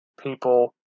people